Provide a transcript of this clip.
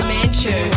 Manchu